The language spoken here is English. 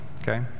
okay